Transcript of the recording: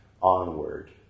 onward